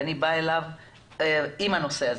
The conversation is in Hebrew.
ואני באה אליו עם הנושא הזה.